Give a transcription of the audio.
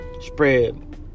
Spread